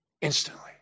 Instantly